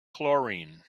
chlorine